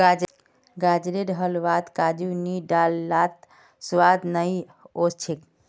गाजरेर हलवात काजू नी डाल लात स्वाद नइ ओस छेक